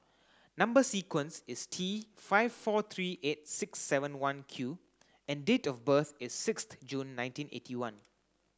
number sequence is T five four three eight six seven one Q and date of birth is sixth June nineteen eighty one